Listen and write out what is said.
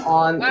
on